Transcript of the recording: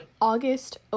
August